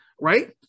right